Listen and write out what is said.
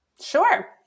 Sure